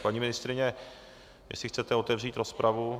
Tak, paní ministryně, jestli chcete otevřít rozpravu?